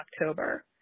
October